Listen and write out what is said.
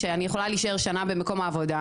שאני יכולה להישאר שנה במקום העבודה.